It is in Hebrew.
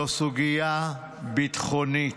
זו סוגיה ביטחונית.